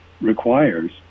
requires